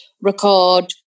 record